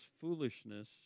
foolishness